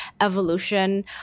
evolution